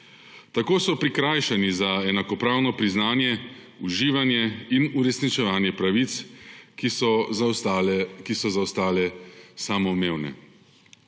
Tako so prikrajšani za enakopravno priznanje, uživanje in uresničevanje pravic, ki so za ostale samoumevne.